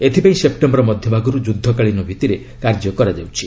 ଏଥିପାଇଁ ସେପ୍ଟେମ୍ବର ମଧ୍ୟଭାଗରୁ ଯୁଦ୍ଧକାଳୀନ ଭିତ୍ତିରେ କାର୍ଯ୍ୟ କରାଯାଉଛି